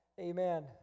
amen